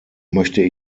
möchte